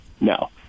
No